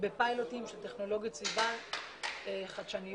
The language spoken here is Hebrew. בפיילוטים של טכנולוגיות סביבה חדשניות.